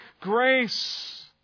grace